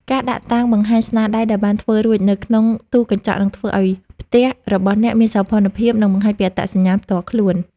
ការដាក់តាំងបង្ហាញស្នាដៃដែលបានធ្វើរួចនៅក្នុងទូកញ្ចក់នឹងធ្វើឱ្យផ្ទះរបស់អ្នកមានសោភ័ណភាព និងបង្ហាញពីអត្តសញ្ញាណផ្ទាល់ខ្លួន។